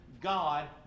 God